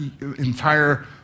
entire